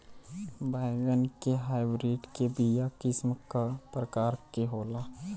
बैगन के हाइब्रिड के बीया किस्म क प्रकार के होला?